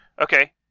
Okay